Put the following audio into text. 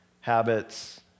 habits